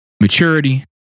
maturity